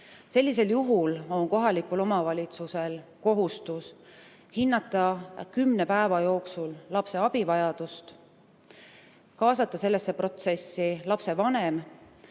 Sellisel juhul on kohalikul omavalitsusel kohustus hinnata kümne päeva jooksul lapse abivajadust, kaasata sellesse protsessi lapsevanem,